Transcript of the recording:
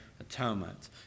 atonement